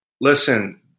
listen